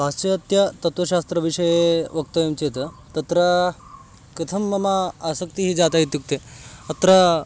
पाश्चात्यतत्त्वशास्त्रविषये वक्तव्यं चेत् तत्र कथं मम आसक्तिः जातः इत्युक्ते अत्र